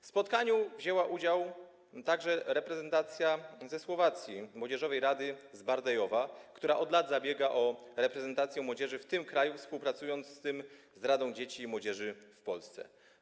W spotkaniu wzięła udział reprezentacja ze Słowacji, młodzieżowej rady z Bardejowa, która od lat zabiega o reprezentację młodzieży w tym kraju, współpracując z Radą Dzieci i Młodzieży w Polsce.